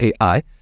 AI